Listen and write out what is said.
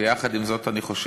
ויחד עם זאת, אני חושב